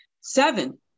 seven